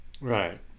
Right